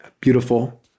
beautiful